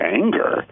anger